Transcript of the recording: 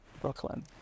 Brooklyn